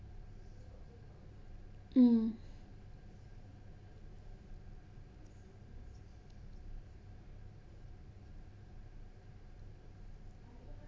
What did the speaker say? mm